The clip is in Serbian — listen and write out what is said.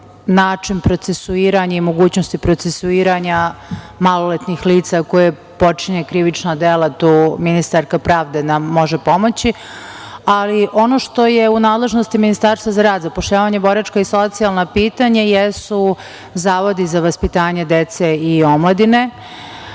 Način procesuiranja i mogućnosti procesuiranja maloletnih lica koje počine krivična dela, tu ministarka pravde nam može pomoći. Ono što je u nadležnosti Ministarstva za rad, zapošljavanje, boračka i socijalna pitanja jesu zavodi za vaspitanje dece i omladine